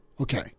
Okay